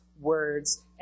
words